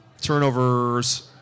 Turnovers